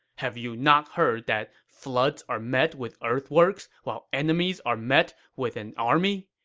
have you not heard that floods are met with earthworks while enemies are met with an army?